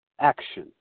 Action